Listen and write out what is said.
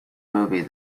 movie